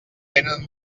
tenen